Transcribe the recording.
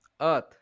Earth